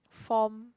form